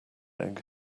egg